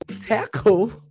tackle